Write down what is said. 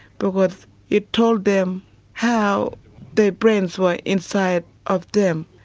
but what it told them how their brains were inside of them.